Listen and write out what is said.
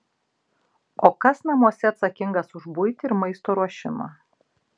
o kas namuose atsakingas už buitį ir maisto ruošimą